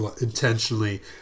intentionally